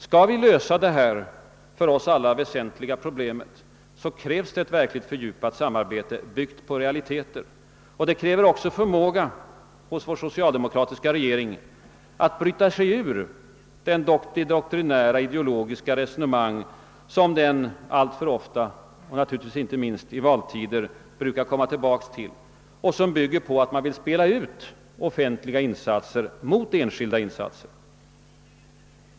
Skall vi lösa detta för oss alla väsentliga problem krävs ett fördjupat samarbete, byggt på realiteter, och det krävs också förmåga av vår socialdemokratiska regering att bryta sig ur det doktrinära ideologiska resonemang som den alltför ofta, naturligtvis inte minst i valtider, brukar komma tillbaka till och som bygger på önskan att spela ut offentliga insatser mot enskilda.